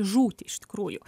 žūti iš tikrųjų